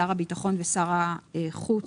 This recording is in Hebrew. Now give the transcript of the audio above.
שר הביטחון ושר החוץ,